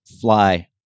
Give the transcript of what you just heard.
fly